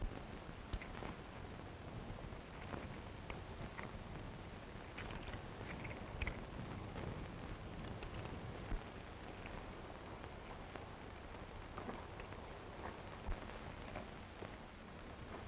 from